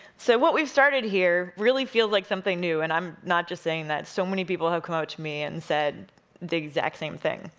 so what we've started here, really feels like something new, and i'm not just saying that. so many people have come up to me and said the exact same thing.